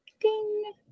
ding